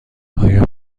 آیا